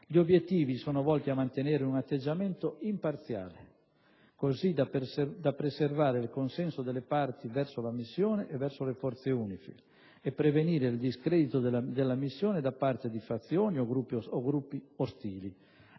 Gli obiettivi sono volti a mantenere un atteggiamento imparziale, così da preservare il consenso delle parti verso la missione e le forze UNIFIL, e prevenire il discredito della missione da parte di fazioni o gruppi ostili;